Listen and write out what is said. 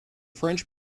french